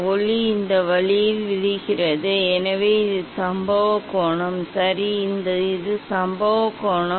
ஒளி இந்த வழியில் விழுகிறது எனவே இது சம்பவ கோணம் சரி இது சம்பவ கோணம்